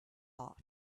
heart